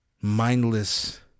mindless